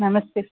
नमस्ते